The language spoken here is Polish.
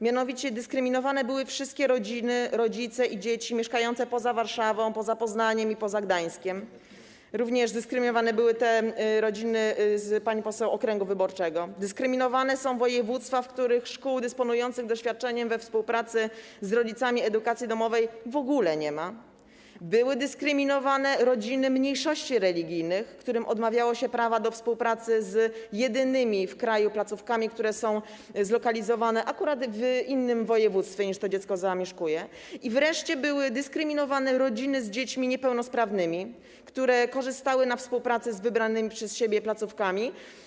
Mianowicie dyskryminowane były wszystkie rodziny, rodzice i dzieci mieszkające poza Warszawą, poza Poznaniem i poza Gdańskiem, dyskryminowane były również rodziny z okręgu wyborczego pani poseł, dyskryminowane są województwa, w których w ogóle nie ma szkół dysponujących doświadczeniem we współpracy z rodzicami w zakresie edukacji domowej, były dyskryminowane rodziny mniejszości religijnych, którym odmawiało się prawa do współpracy z jedynymi w kraju placówkami, które są zlokalizowane akurat w innym województwie niż to, w jakim dziecko zamieszkuje, i wreszcie były dyskryminowane rodziny z dziećmi niepełnosprawnymi, które korzystały na współpracy z wybranymi przez siebie placówkami.